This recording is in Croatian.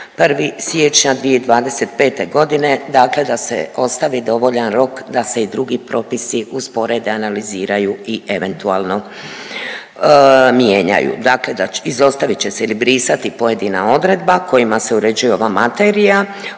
1. siječnja 2025. godine, dakle da se ostavi dovoljan rok da se i drugi propisi usporede, analiziraju i eventualno mijenjaju. Dakle, izostavit će se ili brisati pojedina odredba kojima se uređuje ova materija,